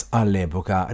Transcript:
all'epoca